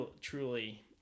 truly